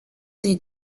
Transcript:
des